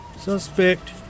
Suspect